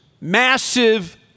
massive